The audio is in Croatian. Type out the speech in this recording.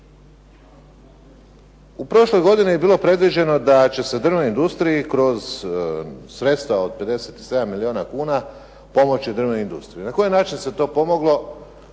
U prošloj godini je bilo predviđeno da će se u drvnoj industriji kroz sredstva od 57 milijuna kuna pomoći drvnoj industriji. Na koji način se to pomoglo